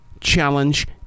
challenge